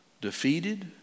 defeated